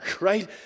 right